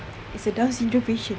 it's a down syndrome patient